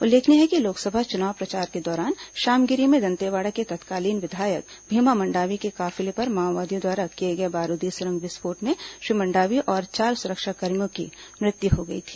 उल्लेखनीय है कि लोकसभा चुनाव प्रचार के दौरान श्यामगिरी में दंतेवाड़ा के तत्कालीन विधायक भीमा मंडावी के काफिले पर माओवादियों द्वारा किए गए बारूदी सुरंग विस्फोट में श्री मंडावी और चार सुरक्षाकर्मियों की मृत्यु हो गई थी